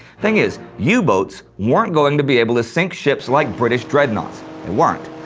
thing is, yeah u-boats weren't going to be able to sink ships like british dreadnoughts. they weren't.